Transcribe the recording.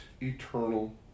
eternal